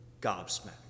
gobsmacked